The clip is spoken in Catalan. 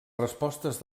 respostes